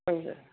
ஆமாங்க சார்